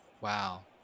Wow